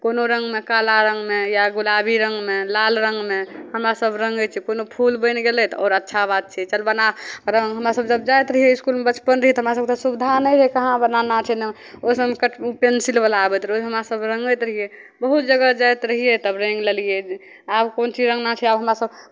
कोनो रङ्गमे काला रङ्गमे या गुलाबी रङ्गमे लाल रङ्गमे हमरासभ रङ्गै छियै कोनो फूल बनि गेलै तऽ आओर अच्छा बात छै चल बना रङ्ग हमरासभ जब जाइत रहियै इसकुलमे बचपन रहै तऽ हमरा सभकेँ तऽ सुविधा नहि रहै कहाँ बनाना छै नहि ओहि समयमे कट पेंसिलवला आबैत रहै हमरासभ रङ्गैत रहियै ओहो जगह जाइत रहियै तब रङ्ग लैलियै आब कोन चीज रङ्गना छै आब हमरासभ